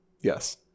Yes